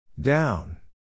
Down